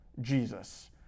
Jesus